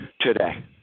today